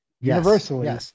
universally